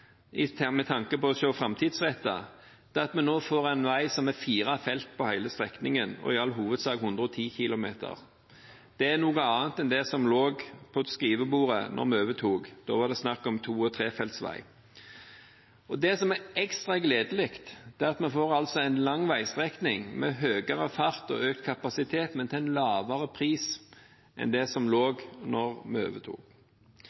så viktig med tanke på å se framtidsrettet, er at vi nå får en vei som er fire felt på hele strekningen og i all hovedsak 110 km/t. Det er noe annet enn det som lå på skrivebordet da vi overtok. Da var det snakk om to- og trefeltsvei. Det som er ekstra gledelig, er at vi får en lang veistrekning med høyere fart og kapasitet, men til en lavere pris enn det som forelå da vi overtok.